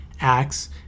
acts